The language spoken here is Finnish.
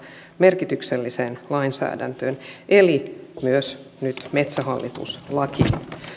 merkitykselliseen lainsäädäntöön eli myös nyt metsähallitus lakiin